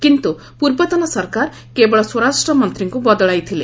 କିନ୍ତୁ ପୂର୍ବତନ ସରକାର କେବଳ ସ୍ୱରାଷ୍ଟ୍ର ମନ୍ତ୍ରୀଙ୍କୁ ବଦଳାଇଥିଲେ